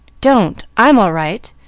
don't! i'm all right,